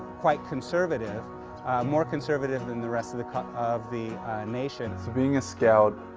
quite conservative more conservative than the rest of the kind of the nation. being a scout.